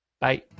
Bye